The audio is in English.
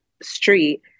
street